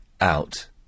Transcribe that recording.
out